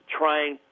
trying